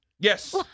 Yes